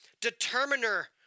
determiner